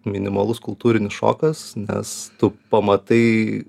minimalus kultūrinis šokas nes tu pamatai